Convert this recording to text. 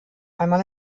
einmal